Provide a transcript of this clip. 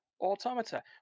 Automata